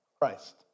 Christ